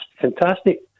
fantastic